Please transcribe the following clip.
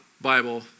Bible